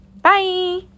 Bye